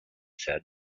said